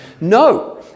no